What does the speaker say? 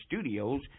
Studios